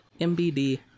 MBD